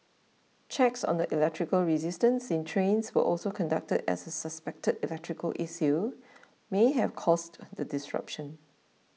checks on the electrical resistance in trains were also conducted as a suspected electrical issue may have caused the disruption